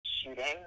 shooting